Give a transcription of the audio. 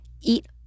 Eat